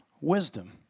Wisdom